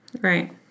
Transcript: Right